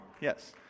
Yes